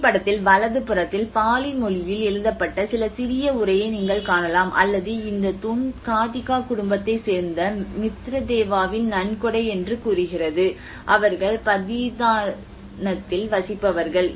புகைப்படத்தில் வலது புறத்தில் பாலி மொழியில் எழுதப்பட்ட சில சிறிய உரையை நீங்கள் காணலாம் அல்லது இந்த தூண் காதிகா குடும்பத்தைச் சேர்ந்த மித்ரதேவாவின் நன்கொடை என்று கூறுகிறது அவர்கள் பதீதானத்தில் வசிப்பவர்கள்